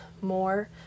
more